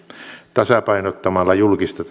tasapainottamalla julkista